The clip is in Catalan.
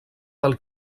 del